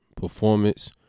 performance